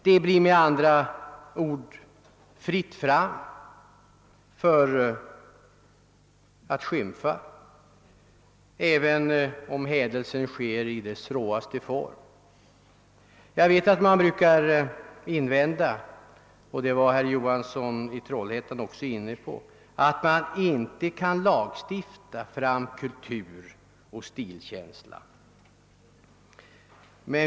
Det blir tillåtet att skymfa vad som anses heligt även om hädelsen sker i den råaste formen. Jag vet att man brukar invända, och det var herr Johansson i Trollhättan också inne på, att det inte går att lagstifta fram kultur och stilkänsla.